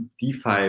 DeFi